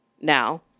now